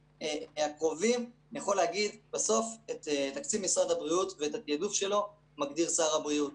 בסוף את תקציב משרד הבריאות ואת התעדוף שלו מגדיר שר הבריאות,